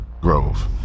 Grove